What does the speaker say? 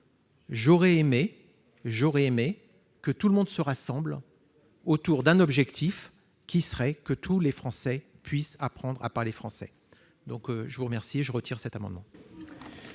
J'aurais aimé que tout le monde se rassemble autour de cet objectif : que tous les Français puissent apprendre à parler français ! Pour l'heure, je retire l'amendement.